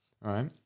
right